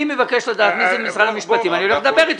אני מבקש לדעת מי זה במשרד המשפטים ואני הולך לדבר אתו.